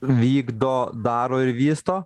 vykdo daro ir vysto